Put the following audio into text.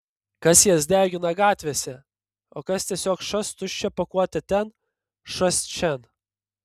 kas jas degina gatvėse o kas tiesiog šast tuščią pakuotę ten šast šen